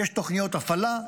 יש תוכניות הפעלה,